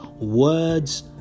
words